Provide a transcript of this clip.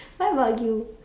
what about you